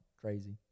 Crazy